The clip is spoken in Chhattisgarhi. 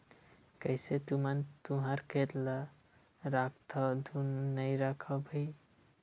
कइसे तुमन तुँहर खेत ल राखथँव धुन नइ रखव भइर?